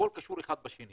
הכול קשור אחד בשני.